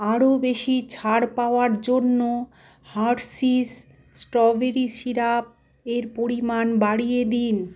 আরও বেশি ছাড় পাওয়ার জন্য হার্শিস স্ট্রবেরি সিরাপ এর পরিমাণ বাড়িয়ে দিন